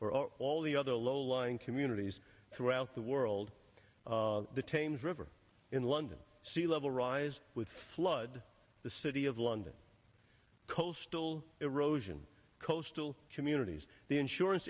or all the other low lying communities throughout the world that james river in london sea level rise with flood the city of london coastal erosion coastal communities the insurance